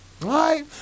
Right